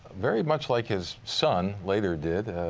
very much like his son later did,